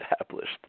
established